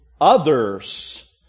others